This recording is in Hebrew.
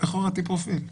איך הורדתי פרופיל?